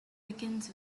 begins